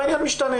והעניין משתנה